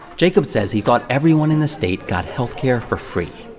jacob says he thought everyone in the state got health care for free.